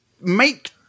make